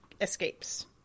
escapes